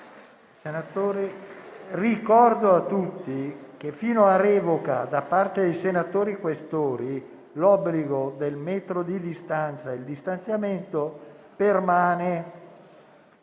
finestra"). Ricordo a tutti che, fino a revoca da parte dei senatori Questori, l'obbligo del metro di distanziamento permane.